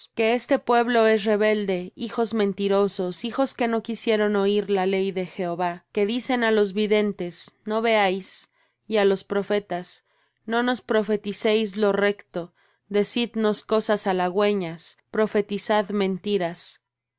que este pueblo es rebelde hijos mentirosos hijos que no quisieron oir la ley de jehová que dicen á los videntes no veáis y á los profetas no nos profeticéis lo recto decidnos cosas halagüeñas profetizad mentiras